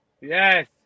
Yes